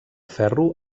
ferro